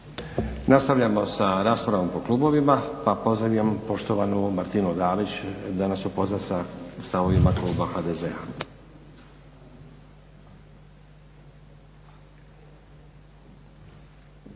Nastavljamo sa raspravom po klubovima pa pozivam poštovanu Martinu Dalić da nas upozna sa stavovima kluba HDZ-a.